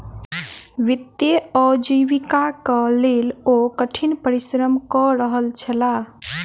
वित्तीय आजीविकाक लेल ओ कठिन परिश्रम कय रहल छलाह